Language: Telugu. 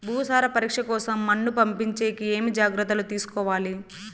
భూసార పరీక్ష కోసం మన్ను పంపించేకి ఏమి జాగ్రత్తలు తీసుకోవాలి?